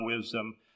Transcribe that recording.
wisdom